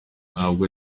ntabwo